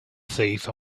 thief